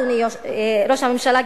אדוני ראש הממשלה,